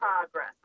progress